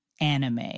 anime